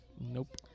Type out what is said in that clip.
Nope